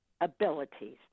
abilities